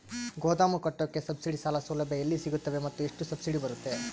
ಗೋದಾಮು ಕಟ್ಟೋಕೆ ಸಬ್ಸಿಡಿ ಸಾಲ ಸೌಲಭ್ಯ ಎಲ್ಲಿ ಸಿಗುತ್ತವೆ ಮತ್ತು ಎಷ್ಟು ಸಬ್ಸಿಡಿ ಬರುತ್ತೆ?